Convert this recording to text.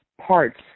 parts